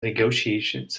negotiations